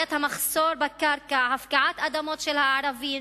בעיית המחסור בקרקע, הפקעות אדמות של הערבים,